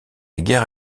guerre